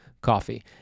coffee